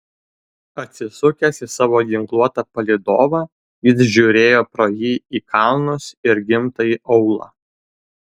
atsisukęs į savo ginkluotą palydovą jis žiūrėjo pro jį į kalnus ir gimtąjį aūlą